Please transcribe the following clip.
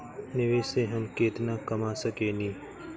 निवेश से हम केतना कमा सकेनी?